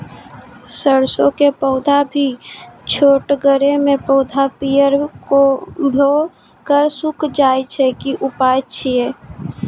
सरसों के पौधा भी छोटगरे मे पौधा पीयर भो कऽ सूख जाय छै, की उपाय छियै?